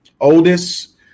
oldest